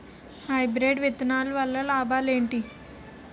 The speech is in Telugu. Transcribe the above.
హైబ్రిడ్ విత్తనాలు వల్ల లాభాలు ఏంటి?